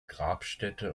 grabstätte